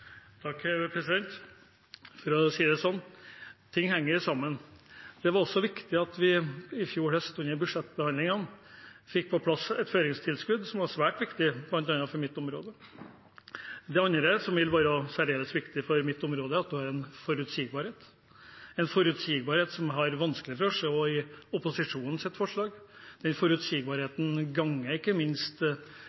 For å si det sånn: Ting henger sammen. Det var viktig at vi under budsjettbehandlingen i fjor høst fikk på plass et føringstilskudd, noe som var svært viktig bl.a. for mitt område. Det andre som vil være særdeles viktig for mitt område, er at det er forutsigbarhet, en forutsigbarhet som jeg har vanskelig for å se i opposisjonens forslag. Den